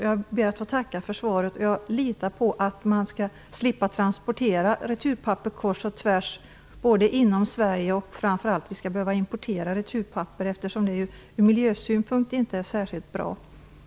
Jag ber att få tacka för svaret, och jag litar på att man skall slippa transportera returpapper kors och tvärs inom Sverige, och framför allt att vi skall slippa importera returpapper. Det är ju inte särskilt bra ur miljösynpunkt.